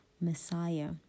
Messiah